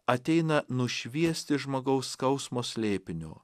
ateina nušviesti žmogaus skausmo slėpinio